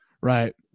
Right